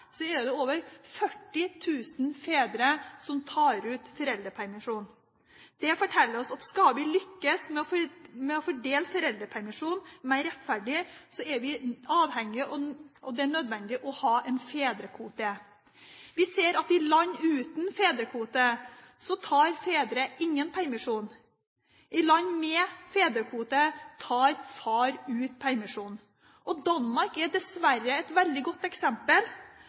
over 40 000 fedre som tar ut foreldrepermisjon. Det forteller oss at skal vi lykkes med å fordele foreldrepermisjon mer rettferdig, er vi avhengig av, og det er nødvendig å ha, en fedrekvote. Vi ser at i land uten fedrekvote tar fedre ingen permisjon. I land med fedrekvote tar far ut permisjon. Danmark er dessverre et veldig godt eksempel.